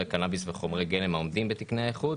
קנאביס וחומרי גלם העומדים בתקני האיכות.